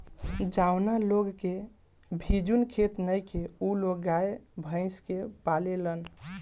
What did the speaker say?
जावना लोग के भिजुन खेत नइखे उ लोग गाय, भइस के पालेलन